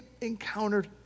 encountered